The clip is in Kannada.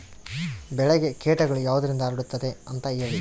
ಬೆಳೆಗೆ ಕೇಟಗಳು ಯಾವುದರಿಂದ ಹರಡುತ್ತದೆ ಅಂತಾ ಹೇಳಿ?